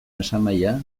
esanahia